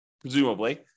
presumably